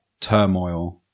turmoil